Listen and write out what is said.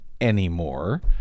anymore